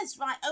right